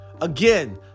again